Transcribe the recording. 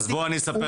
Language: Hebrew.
אז בוא אני אספר